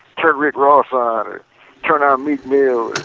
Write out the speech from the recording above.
turn rick ross ah on, or turn on meek mill'.